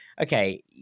okay